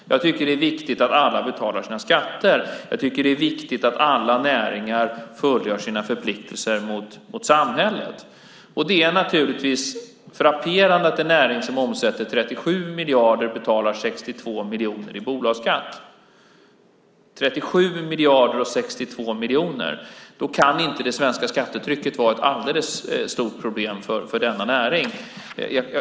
Det är viktigt att alla betalar sina skatter. Det är viktigt att alla näringar fullgör sina förpliktelser mot samhället. Det är naturligtvis frapperande att en näring som omsätter 37 miljarder betalar 62 miljoner i bolagsskatt. 37 miljarder och 62 miljoner - då kan inte det svenska skattetrycket vara ett alldeles stort problem för denna näring.